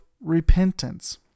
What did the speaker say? repentance